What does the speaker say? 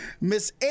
Miss